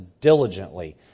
diligently